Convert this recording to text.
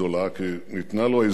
כי ניתנה לו הזדמנות